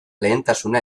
lehentasuna